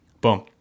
boom